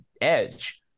edge